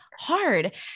hard